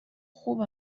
خوب